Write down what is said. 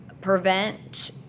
prevent